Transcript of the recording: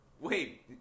Wait